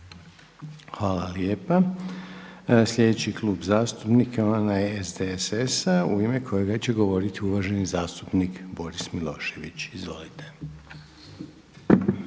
Hvala lijepa. Sljedeći Klub zastupnika je onaj SDSS-a u ime kojega će govoriti uvaženi zastupnik Boris Milošević. Izvolite.